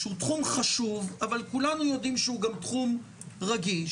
שהוא תחום חשוב אבל כולנו יודעים שהוא גם תחום רגיש,